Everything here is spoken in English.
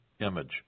image